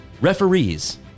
Referees